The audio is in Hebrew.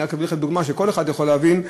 אני אביא לך דוגמה שכל אחד יכול להבין: